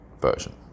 version